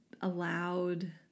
allowed